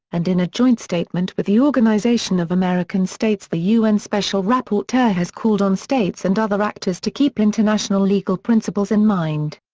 and in a joint statement with the organization of american states the un special rapporteur has called on states and other actors to keep international legal principles in mind.